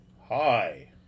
hi